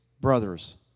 brothers